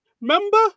Remember